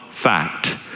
fact